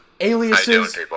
aliases